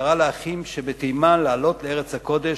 וקרא לאחים שבתימן לעלות לארץ הקודש,